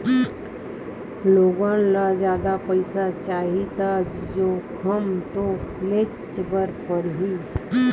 लोगन ल जादा पइसा चाही त जोखिम तो लेयेच बर परही